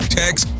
text